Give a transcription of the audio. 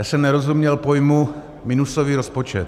Já jsem nerozuměl pojmu minusový rozpočet.